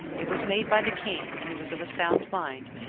it was made by the king when he was of a sound mind,